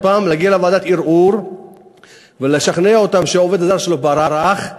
להגיע לוועדת ערעור ולשכנע אותם שהעובד הזר שלו ברח.